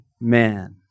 man